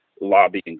lobbying